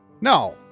No